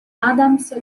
adams